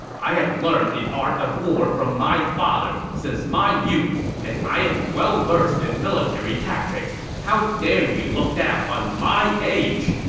i have learned the art of war from my father since my youth, and i am well-versed in military tactics. how dare you look down on my age?